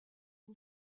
aux